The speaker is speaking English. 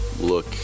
look